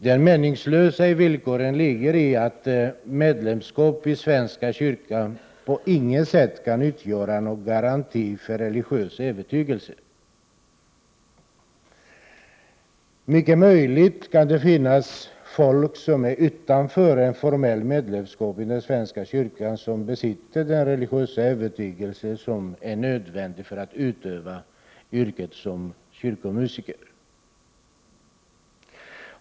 Det meningslösa i villkoren ligger i att medlemskap i svenska kyrkan på intet sätt kan utgöra någon garanti för religiös övertygelse. Det är mycket möjligt att det finns folk som står utanför ett formellt medlemskap i den svenska kyrkan, men som besitter den religiösa övertygelse som är nödvändig för att man skall kunna utöva yrket som kyrkomusiker.